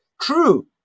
True